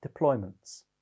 deployments